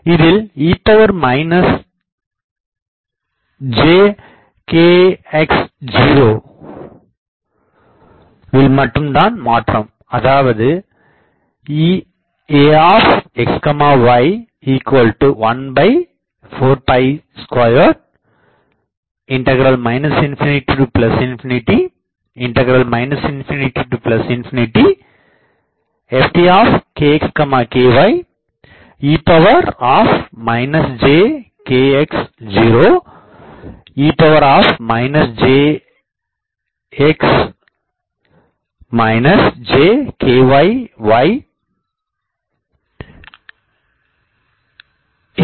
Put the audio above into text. இதில் e jkx0 வில் மட்டும் தான் மாற்றம் உள்ளது அதாவது Eaxy142 ∞∞∞∞ Ftkxky e jkx0 e jkxx jkyy dkxdky